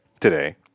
Today